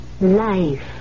life